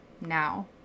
Now